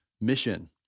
mission